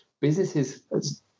Businesses